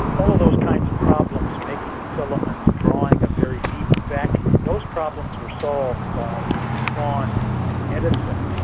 all of those kinds of problems making a filament, drawing a very deep vacuum those problems were solved by swan and edison.